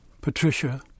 Patricia